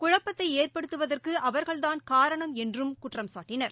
குழப்பத்தை ஏற்படுவதவதற்கு அவர்கள்தான் காரணம் என்றும் குற்றம்சாட்டினார்